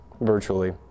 virtually